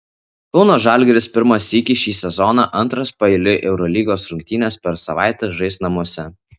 kauno žalgiris pirmą sykį šį sezoną antras paeiliui eurolygos rungtynes per savaitę žais namuose